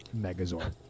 Megazord